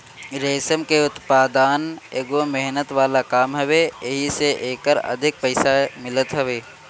रेशम के उत्पदान एगो मेहनत वाला काम हवे एही से एकर अधिक पईसा मिलत हवे